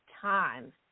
time